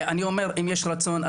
אם יש רצון,